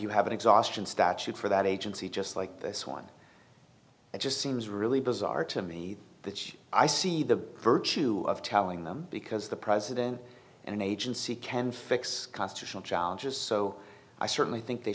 you have an exhaustion statute for that agency just like this one it just seems really bizarre to me that i see the virtue of telling them because the president and an agency can fix constitutional challenges so i certainly think they